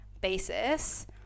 basis